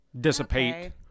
dissipate